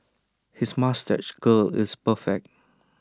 his moustache curl is perfect